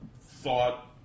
thought